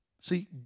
See